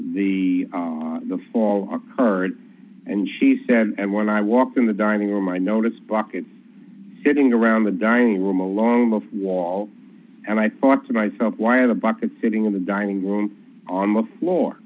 time the the fall occurred and she said and when i walked in the dining room i noticed buckets sitting around the dining room along of wall and i thought to myself why are the bucket sitting on the dining room on the floor